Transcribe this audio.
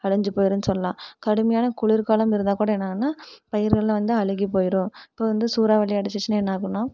அழிஞ்சி போயிடும்னு சொல்லலாம் கடுமையான குளிர்காலம் இருந்தால் கூட என்ன ஆகும்னா பயிர்கள்லாம் வந்து அழுகி போய்டும் அப்போ வந்து சூறாவளி அடிச்சிச்சின்னால் என்ன ஆகும்னா